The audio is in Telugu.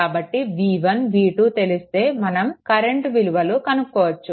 కాబట్టి v1 v2 తెలిస్తే మనం కరెంటు విలువలు కనుక్కోవచ్చు